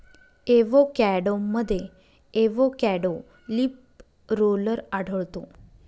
एवोकॅडोमध्ये avocado leaf roller आढळतो